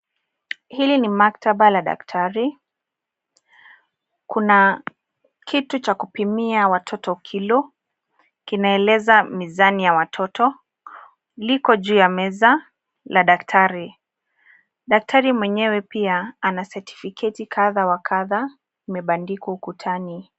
Hili ni maktaba la daktari. Kuna kitu cha kupimia watoto kilo. Kinaeleza mizani ya watoto. Liko juu ya meza ya daktari . Daktari mwenyewe pia ana satifiketi kadha wa kadha imebandikwa ukutani.